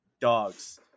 dogs